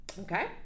Okay